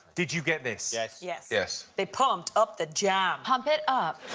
did you get this? yes. yes. yes. they pumped up the jam. pump it up.